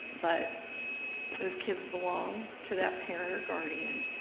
but those kids belong to that parent or guardian,